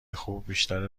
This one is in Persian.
خوب، بیشتر